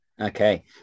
Okay